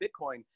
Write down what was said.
Bitcoin